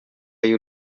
y‟u